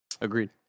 agreed